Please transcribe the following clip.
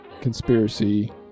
conspiracy